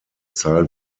zahl